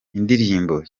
indirimbo